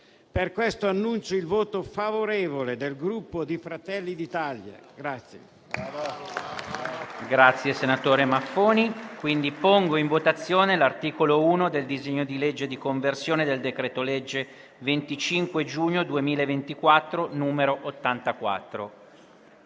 Per queste ragioni annuncio il voto favorevole del Gruppo Fratelli d'Italia.